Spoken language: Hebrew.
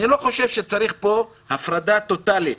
אני לא חושב שצריך פה הפרדה טוטלית